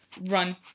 Run